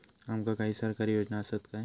आमका काही सरकारी योजना आसत काय?